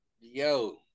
yo